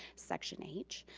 section h.